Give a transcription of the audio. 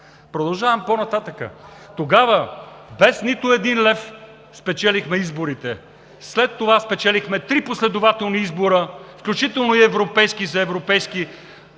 Продължавам по-нататък. Тогава без нито един лев спечелихме изборите. След това спечелихме три последователни избора, включително и за евродепутати,